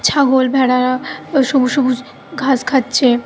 ছাগল ভেড়ারা ওই সবুজ সবুজ ঘাস খাচ্ছে